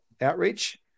outreach